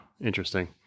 interesting